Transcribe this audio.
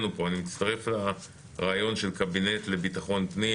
ומצטרף לרעיון של דובי אמיתי של קבינט לביטחון פנים.